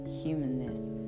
humanness